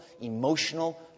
emotional